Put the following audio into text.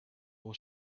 will